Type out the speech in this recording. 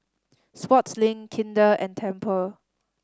Sportslink Kinder and Tempur